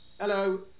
Hello